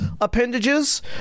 appendages